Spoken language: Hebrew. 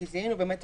כי זיהינו את הצורך,